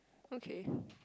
okay